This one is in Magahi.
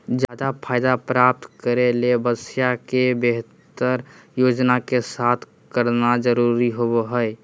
ज्यादा फायदा प्राप्त करे ले व्यवसाय के बेहतर योजना के साथ करना जरुरी होबो हइ